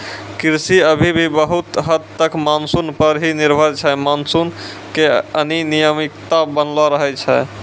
कृषि अभी भी बहुत हद तक मानसून पर हीं निर्भर छै मानसून के अनियमितता बनलो रहै छै